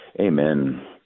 Amen